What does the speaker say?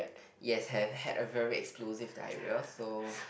yes have had a very explosive diarrhea so